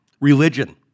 religion